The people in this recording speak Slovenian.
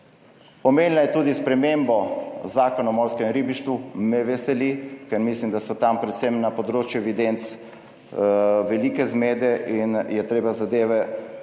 Omenila je tudi spremembo Zakona o morskem ribištvu. Me veseli, ker mislim, da so tam predvsem na področju evidenc velike zmede in je treba zadeve